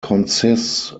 consists